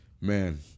Man